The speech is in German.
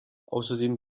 außerdem